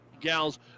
gals